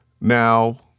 Now